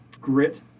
grit